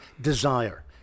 desire